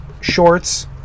shorts